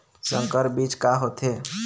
संकर बीज का होथे?